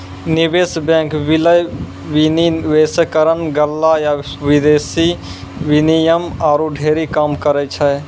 निवेश बैंक, विलय, विनिवेशकरण, गल्ला या विदेशी विनिमय आरु ढेरी काम करै छै